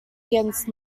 against